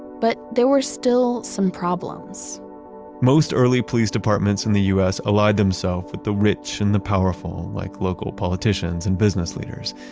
but there were still some problems most early police departments in the us aligned themselves but the rich and the powerful, like local politicians and business leaders,